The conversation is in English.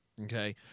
okay